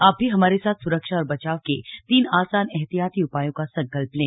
आप भी हमारे साथ सुरक्षा और बचाव के तीन आसान एहतियाती उपायों का संकल्प लें